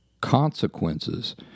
Consequences